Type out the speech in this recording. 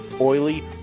oily